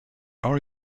are